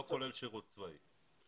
לא כולל שירות צבאי.